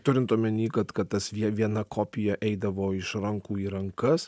turint omeny kad kad tas viena kopija eidavo iš rankų į rankas